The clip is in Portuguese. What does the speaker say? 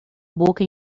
boca